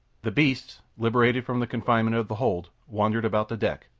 the beasts, liberated from the confinement of the hold, wandered about the deck,